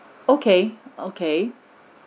okay okay